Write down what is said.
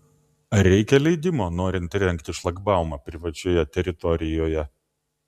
ar reikia leidimo norint įrengti šlagbaumą privačioje teritorijoje